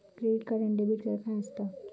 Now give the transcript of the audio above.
Credit आणि debit काय असता?